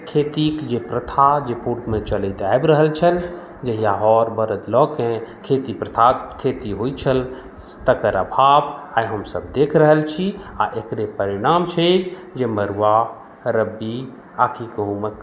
खेतीक जे प्रथा जे पूर्वमे चलैत आबि रहल छल जहिया हऽर बड़द लऽ के खेती प्रथाक खेती होइत छल तकर अभाव आइ हमसभ देख रहल छी आ एकरे परिणाम छै जे मड़ुआ रब्बी आ कि गहुँमक